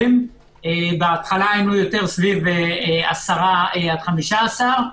בהתחלה היינו בין 10% ל-15%.